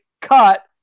cut